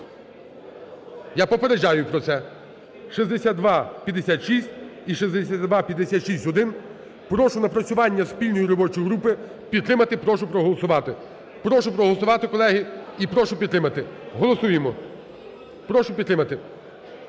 Я попереджаю про це. 6256 і 6256-1, прошу напрацювання спільної робочої групи підтримати, прошу проголосувати. Прошу проголосувати, колеги, і прошу підтримати. Голосуємо. Прошу підтримати.